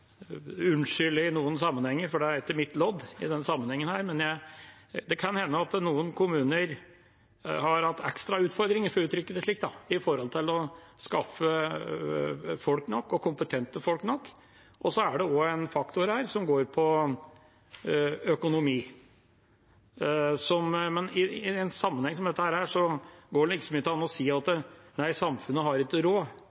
i noen sammenhenger, for det er ikke mitt lodd i denne sammenhengen her, kan det hende at noen kommuner har hatt ekstra utfordringer, for å uttrykke det slik, når det gjelder å skaffe nok folk og nok kompetente folk. Det er også en faktor her som går på økonomi, men i en sammenheng som dette, går det liksom ikke an å si at samfunnet ikke har råd.